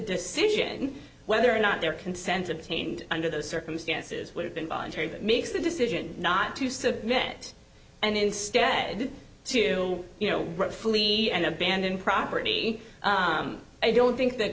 decision whether or not their consent of detained under those circumstances would have been voluntary that makes the decision not to submit and instead to you know rightfully and abandon property i don't think the